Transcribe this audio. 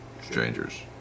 strangers